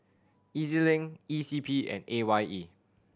E Z Link E C P and A Y E